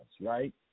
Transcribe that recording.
right